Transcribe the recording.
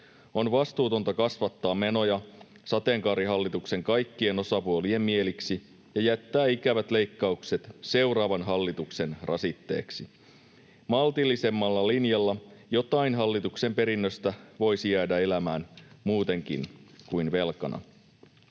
On vastuutonta kasvattaa menoja sateenkaarihallituksen kaikkien osapuolien mieliksi ja jättää ikävät leikkaukset seuraavan hallituksen rasitteeksi. Maltillisemmalla linjalla jotain hallituksen perinnöstä voisi jäädä elämään muutenkin kuin velkana.